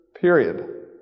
period